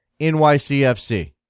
NYCFC